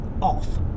off